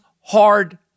hard